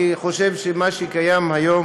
אני חושב שמה שקיים היום